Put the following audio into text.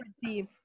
deep